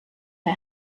bei